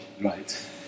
Right